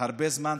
כבר הרבה זמן.